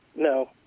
No